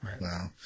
Wow